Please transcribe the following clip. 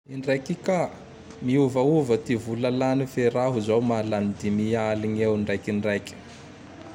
Indray ka! Miovaova ty vola lany fe raho zao malany dimy aligne eo ndraiky ndraiky.